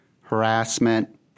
harassment